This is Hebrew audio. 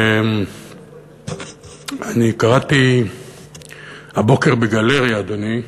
קראתי הבוקר ב"גלריה", אדוני,